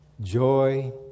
joy